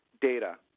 data